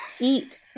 eat